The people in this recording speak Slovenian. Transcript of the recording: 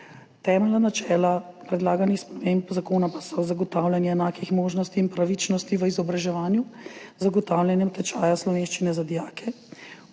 Temeljna načela predlaganih sprememb zakona pa so: zagotavljanje enakih možnosti in pravičnosti v izobraževanju z zagotavljanjem tečaja slovenščine za dijake.